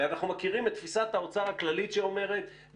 ואנחנו מכירים את תפיסת האוצר הכללית שאומרת,